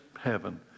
heaven